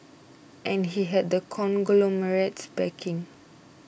and he had the conglomerate's backing